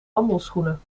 wandelschoenen